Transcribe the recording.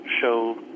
show